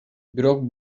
бирок